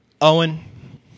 Owen